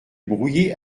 brouillé